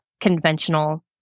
conventional